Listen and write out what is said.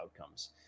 outcomes